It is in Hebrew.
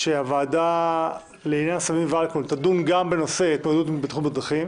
שהוועדה לעניין סמים ואלכוהול תדון גם בנושא התמודדות עם בטיחות בדרכים,